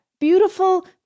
Beautiful